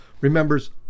remembers